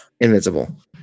Invincible